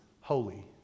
holy